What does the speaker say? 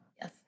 Yes